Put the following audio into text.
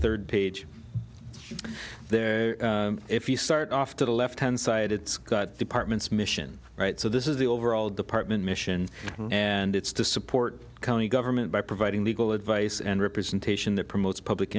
third page there if you start off to the left hand side it's got departments mission right so this is the overall department mission and it's to support county government by providing legal advice and representation that promotes public